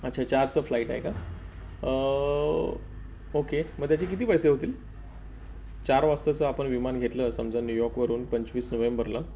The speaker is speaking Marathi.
अच्छा चारचं फ्लाईट आहे का ओके मग त्याचे किती पैसे होतील चार वाजताचं आपण विमान घेतलं समजा न्यूयॉर्कवरून पंचवीस नोव्हेंबरला